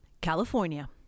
California